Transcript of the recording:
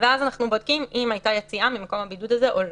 ואז אנחנו בודקים אם הייתה יציאה ממקום הבידוד הזה או לא.